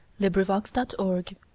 Librivox.org